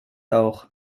auch